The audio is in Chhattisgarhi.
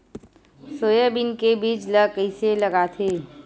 सोयाबीन के बीज ल कइसे लगाथे?